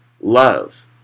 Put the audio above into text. love